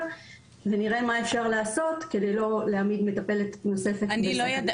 ונראה מה אפשר לעשות כדי לא להעמיד מטפלת נוספת בסכנה.